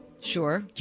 sure